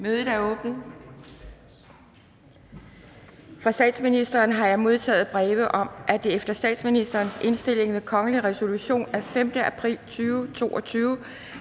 Mødet er åbnet. Fra statsministeren har jeg modtaget breve om, at det efter statsministerens indstilling ved kongelig resolution af 5. april 2022